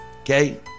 Okay